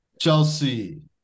Chelsea